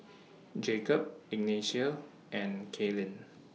Jacob Ignacio and Kaylynn